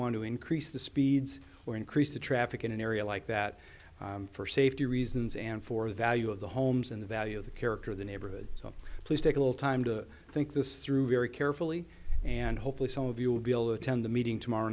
want to increase the speeds or increase the traffic in an area like that for safety reasons and for the you of the homes and the value of the character of the neighborhood so please take a little time to think this through very carefully and hopefully some of you will be able attend the meeting tomorrow